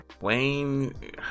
Wayne